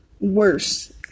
worse